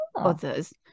others